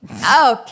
Okay